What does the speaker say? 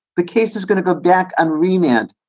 the case is going to go back on remand.